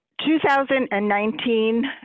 2019